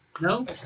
no